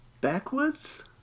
backwards